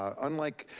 um unlike,